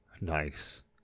Nice